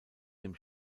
dem